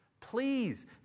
Please